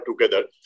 together